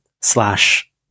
slash